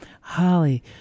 Holly